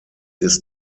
ist